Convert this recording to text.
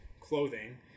clothing